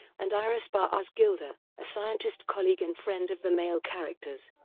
and iris bahr as gilda, a scientist colleague and friend of the male characters.